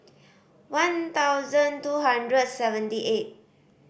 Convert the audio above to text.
one thousand two hundred seventy eight